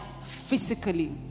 physically